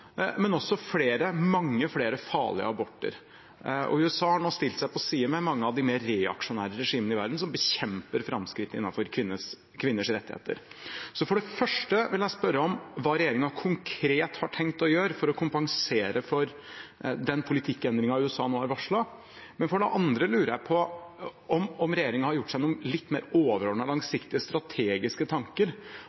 men også mange flere farlige aborter. USA har nå stilt seg på side med mange av de mer reaksjonære regimene i verden som bekjemper framskritt innenfor kvinners rettigheter. Så for det første vil jeg spørre om hva regjeringen konkret har tenkt å gjøre for å kompensere for den politikkendringen USA nå har varslet. Men for det andre lurer jeg på om regjeringen har gjort seg noen litt mer